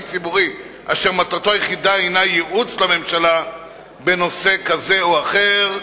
ציבורי אשר מטרתו היחידה היא ייעוץ לממשלה בנושא כזה או אחר.